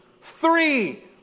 Three